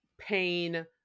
pain